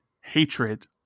hatred